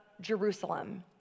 Jerusalem